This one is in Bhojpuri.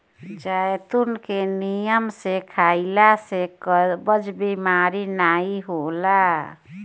जैतून के नियम से खइला से कब्ज के बेमारी नाइ होला